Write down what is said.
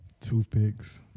Toothpicks